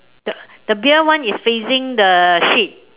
the the beer one is facing the sheet